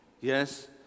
yes